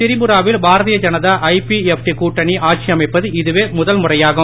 திரிபுராவில் பாரதிய ஜனதா ஐபிஎப்டி கூட்டணி ஆட்சியமைப்பது இதுவே முதல் முறையாகும்